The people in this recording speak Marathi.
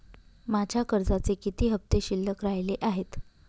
माझ्या कर्जाचे किती हफ्ते शिल्लक राहिले आहेत?